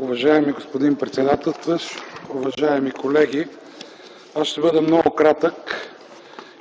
Уважаеми господин председателстващ, уважаеми колеги! Аз ще бъда много кратък